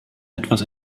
etwas